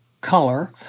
color